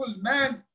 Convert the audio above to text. man